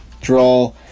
draw